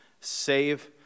save